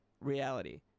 reality